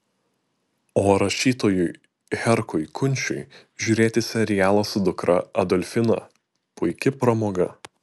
o rašytojui herkui kunčiui žiūrėti serialą su dukra adolfina puiki pramoga